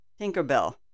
Tinkerbell